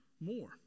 more